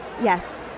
Yes